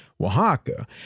Oaxaca